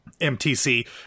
MTC